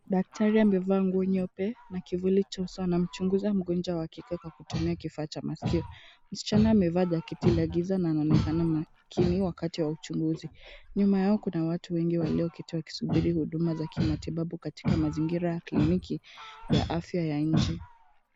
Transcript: Daktari amevaa nguo nyeupe na kivuli cha uso, anamchunguza mgonjwa wake kwa kutumia kifaa cha masikio. Msichana amevaa jaketi la giza na anaonekana makini wakati wa uchunguzi. Nyuma yao kuna watu wengi walioketi wakisubiri huduma za kimatibabu katika mazingira ya kliniki ya afya ya nje.